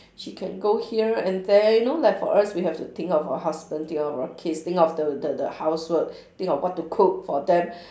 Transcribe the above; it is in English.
she can go here and there you know like for us we have to think of our husband think of our kids think of the the the housework think of what to cook for them